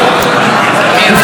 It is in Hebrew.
ובכן,